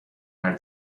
are